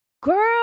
girl